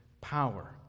power